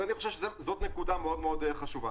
אז אני חושב שזאת נקודה מאוד מאוד חשובה.